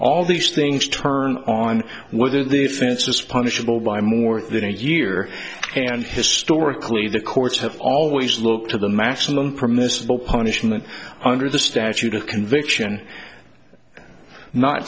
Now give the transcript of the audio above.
all these things turn on whether the fence is punishable by more than a year and historically the courts have always looked to the maximum permissible punishment under the statute of conviction not